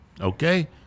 Okay